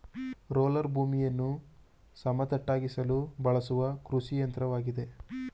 roller ಭೂಮಿಯನ್ನು ಸಮತಟ್ಟಾಗಿಸಲು ಬಳಸುವ ಕೃಷಿಯಂತ್ರವಾಗಿದೆ